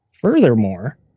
Furthermore